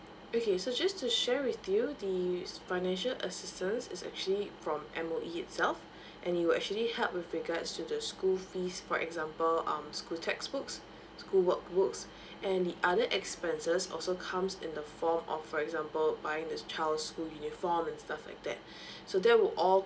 okay so just to share with you the financial assistance is actually from M_O_E itself and it will actually help with regards to the school fees for example um school textbooks school workbooks and the other expenses also comes in the form of for example buying the child's school uniform and stuff like that so that will all